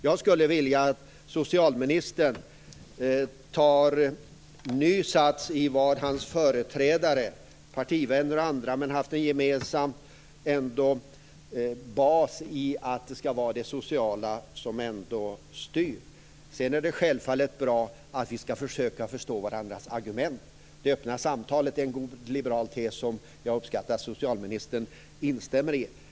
Jag skulle vilja att socialministern tar ny sats där hans företrädare, partivänner och andra, haft en gemensam bas - nämligen att det ska vara det sociala som styr. Det är självfallet bra att vi försöker förstå varandras argument. Det öppna samtalet är en god liberal tes som jag uppskattar att socialministern instämmer i.